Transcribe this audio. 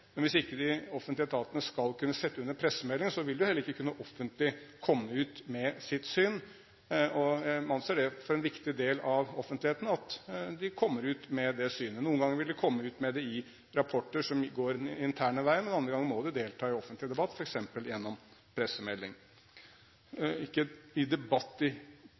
vil de heller ikke offentlig kunne komme ut med sitt syn. Man anser det som en viktig del av offentligheten at de kommer ut med sitt syn. Noen ganger vil de komme ut med det i rapporter som går den interne veien, men andre ganger må de delta i offentlig debatt, f.eks. gjennom en pressemelding – ikke debatt i